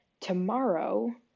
Tomorrow